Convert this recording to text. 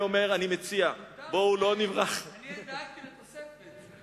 אני דאגתי לתוספת.